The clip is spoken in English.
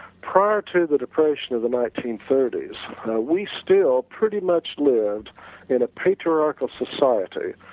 prior to the depression of the nineteen thirty s we still pretty much lived in a patriarchal society,